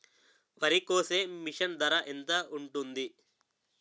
వరి కోసే మిషన్ ధర ఎంత ఉంటుంది?